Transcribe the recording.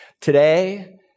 Today